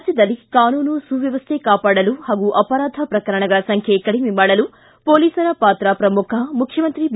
ರಾಜ್ಯದಲ್ಲಿ ಕಾನೂನು ಸುವ್ಯವಸ್ಥೆ ಕಾಪಾಡಲು ಹಾಗೂ ಅಪರಾಧ ಪ್ರಕರಣಗಳ ಸಂಖ್ಯೆ ಕಡಿಮೆ ಮಾಡಲು ಮೋಲೀಸರ ಪಾತ್ರ ಪ್ರಮುಖ ಮುಖ್ಯಮಂತ್ರಿ ಬಿ